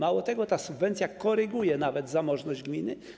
Mało tego, ta subwencja koryguje nawet zamożność gminy.